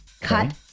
cut